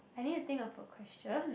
I need to think of a question